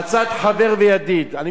אני מקווה שאני שכנעתי אותך.